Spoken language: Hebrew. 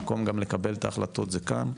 המקום גם לקבל את ההחלטות זה כאן.